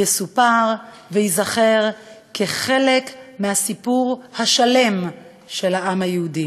יסופר וייזכר כחלק מהסיפור השלם של העם היהודי.